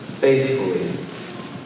faithfully